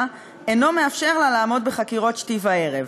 אינו מאפשר לה לעמוד בחקירות שתי וערב.